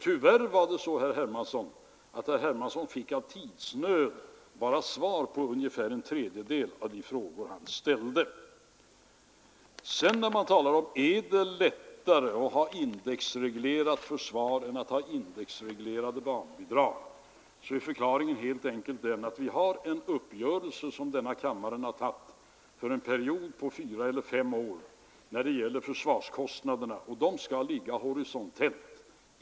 Tyvärr var det emellertid så, att herr Hermansson av tidsnöd bara fick svar på ungefär en tredjedel av de frågor som herr Hermansson hade ställt. När han sedan undrar, om det är lättare att ha ett indexreglerat försvar än att ha indexreglerade barnbidrag är förklaringen helt enkelt den, att vi när det gäller försvarskostnaderna har en uppgörelse, som denna kammare har antagit, för en period på fyra eller fem år och att försvarskostnaderna skall ligga horisontellt.